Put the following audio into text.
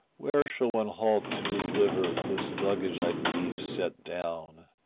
where shall one halt to deliver this luggage i'd lief set down?